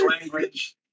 language